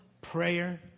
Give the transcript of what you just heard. prayer